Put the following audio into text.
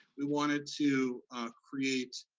we wanted to create,